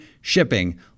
shipping